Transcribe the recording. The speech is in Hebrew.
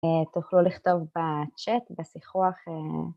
תוכלו לכתוב בצ'ט בשיחוח